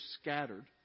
scattered